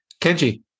Kenji